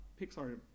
Pixar